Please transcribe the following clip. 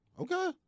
Okay